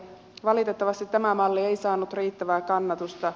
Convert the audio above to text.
valitettavasti tämä malli ei saanut riittävää kannatusta